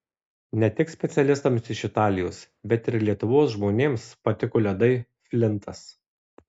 ne tik specialistams iš italijos bet ir lietuvos žmonėms patiko ledai flintas